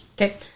Okay